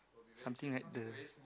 something like the